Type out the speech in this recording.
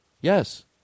Yes